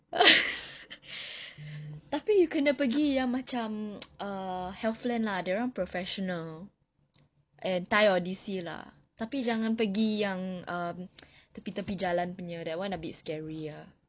tapi you kena pergi yang macam err healthland lah that one professional and thai odyssey lah tapi jangan pergi yang um tepi-tepi jalan punya that one a bit scary ah